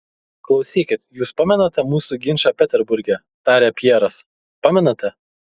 klausykit jus pamenate mūsų ginčą peterburge tarė pjeras pamenate